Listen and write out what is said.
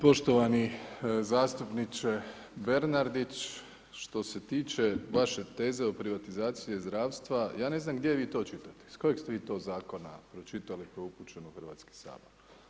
Poštovani zastupniče Bernardić, što se tiče vaše teze o privatizaciji zdravstva, ja ne znam gdje vi to čitate, iz kojeg ste vi to zakona pročitali koji je upućen u Hrvatski sabor?